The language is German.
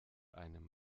einem